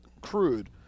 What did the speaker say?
crude